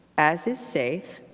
as is safe,